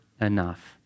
enough